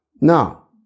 Now